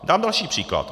Dám další případ.